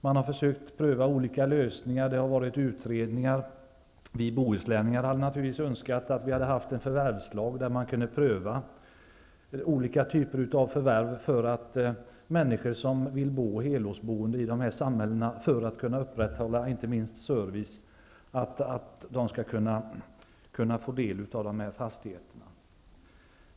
Man har försökt pröva olika lösningar och man har gjort utredningar. Vi bohuslänningar skulle naturligtvis önska att man hade haft en förvärvslag där man kunde pröva olika typer av förvärv. Då skulle de människor som vill bo hela året i de här samhällena för att upprätthålla servicen kunna få del av fastigheterna.